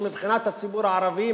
מבחינת הציבור הערבי,